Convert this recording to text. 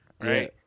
Right